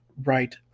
right